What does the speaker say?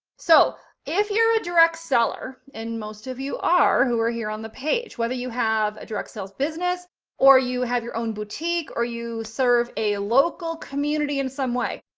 so if you're a direct seller and most of you are, who are here on the page, whether you have a direct sales business or you have your own boutique, or you serve a local community in some way,